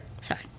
Sorry